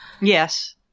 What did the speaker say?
Yes